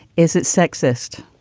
is it sexist?